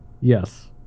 Yes